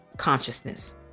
consciousness